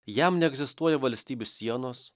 jam neegzistuoja valstybių sienos